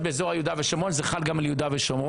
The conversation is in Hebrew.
באזור יהודה והשומרון זה חל גם על יהודה ושומרון,